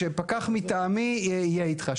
שפקח מטעמי יהיה איתך.